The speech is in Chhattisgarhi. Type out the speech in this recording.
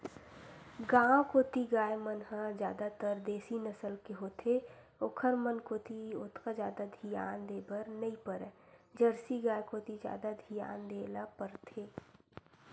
गांव कोती गाय मन ह जादातर देसी नसल के होथे ओखर मन कोती ओतका जादा धियान देय बर नइ परय जरसी गाय कोती जादा धियान देय ल परथे